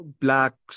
blacks